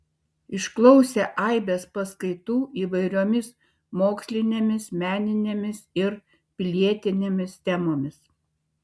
išklausė aibės paskaitų įvairiomis mokslinėmis meninėmis ir pilietinėmis temomis